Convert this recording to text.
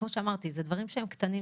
כמו שאמרתי: אלה דברים שהם קטנים,